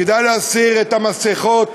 כדאי להסיר את המסכות,